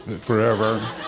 forever